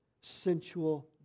sensual